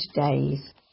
days